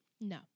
No